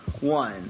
one